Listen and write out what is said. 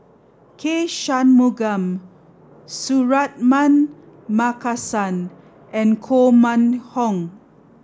K Shanmugam Suratman Markasan and Koh Mun Hong